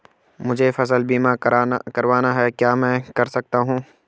मुझे फसल बीमा करवाना है क्या मैं कर सकता हूँ?